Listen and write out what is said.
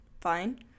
fine